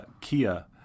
Kia